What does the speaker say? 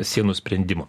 sienų sprendimu